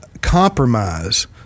compromise